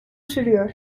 sürüyor